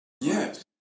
Yes